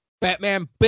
Batman